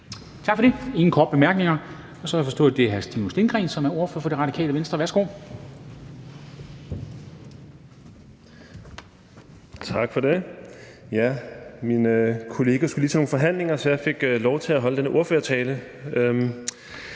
Tak for det. Der er ingen korte bemærkninger. Så har jeg forstået, at det er hr. Stinus Lindgreen, som er ordfører for Det Radikale Venstre. Værsgo. Kl. 12:48 (Ordfører) Stinus Lindgreen (RV): Tak for det. Ja, min kollega skulle lige til nogle forhandlinger, så jeg fik lov til at holde denne ordførertale